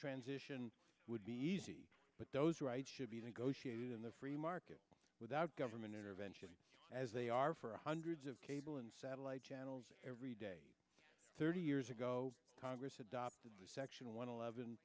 transition would be easy but those rights should be negotiated in the free market without government intervention as they are for hundreds of cable and satellite channels every day thirty years ago congress adopted a section one eleven